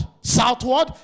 southward